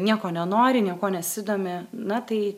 nieko nenori niekuo nesidomi na tai